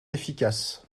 efficace